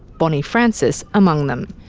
bonny francis among them.